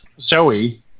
Zoe